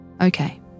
Okay